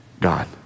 God